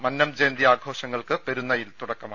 മന്നം ജയന്തി ആഘോങ്ങൾക്ക് പെരുന്നയിൽ തുടക്കമായി